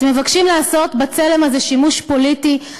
אתם מבקשים לעשות בצלם הזה שימוש פוליטי,